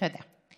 תודה.